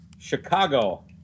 Chicago